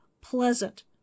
pleasant